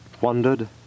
wondered